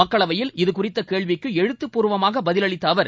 மக்களவையில் இதுகுறித்த கேள்விக்கு எழுத்தப்பூர்வமாக பதில் அளித்த அவர்